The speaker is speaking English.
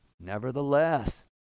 Nevertheless